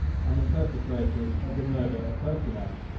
and the perpetrators of the murder of pertinax,